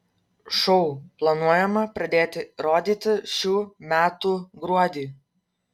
šou planuojama pradėti rodyti šių metų gruodį